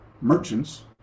merchants